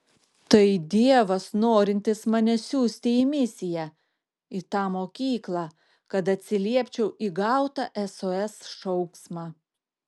tai dievas norintis mane siųsti į misiją į tą mokyklą kad atsiliepčiau į gautą sos šauksmą